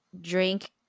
drink